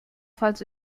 falls